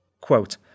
Quote